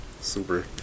super